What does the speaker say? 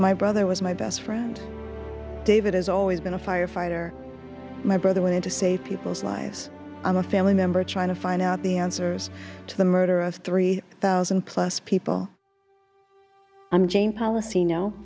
my brother was my best friend david has always been a fire fighter my brother went in to save people's lives on a family member trying to find out the answers to the murder of three thousand plus people i'm jane policy no